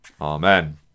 Amen